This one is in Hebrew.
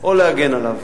אני יכול להגיד לך,